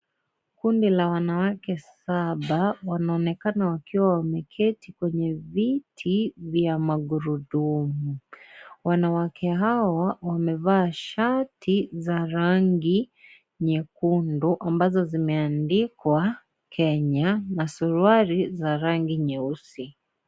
Kundi la wanawake saba, wanaonekana wakiwa wameketi kwenye viti vya magurudumu. Wanawake hao, wamevaa shati za rangi nyekundu, ambazo zimeandikwa Kenya na suruali za rangi nyeusi.